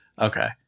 Okay